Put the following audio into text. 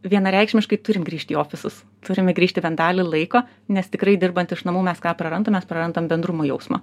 vienareikšmiškai turim grįžt į ofisus turime grįžti bent dalį laiko nes tikrai dirbant iš namų mes ką prarandam mes prarandam bendrumo jausmą